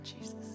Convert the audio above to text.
Jesus